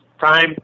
time